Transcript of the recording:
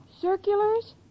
Circulars